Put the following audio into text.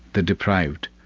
the deprived,